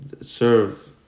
serve